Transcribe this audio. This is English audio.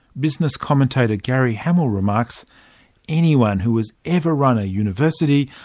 business commentator gary hamel remarks anyone who has ever run a university,